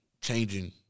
changing